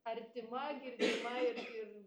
artima girdima ir ir